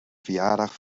verjaardag